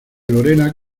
lorena